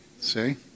See